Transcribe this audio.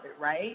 Right